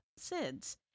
SIDS